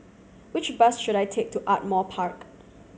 which bus should I take to Ardmore Park